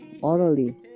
orally